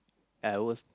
and I was